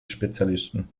spezialisten